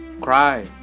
Cry